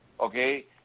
Okay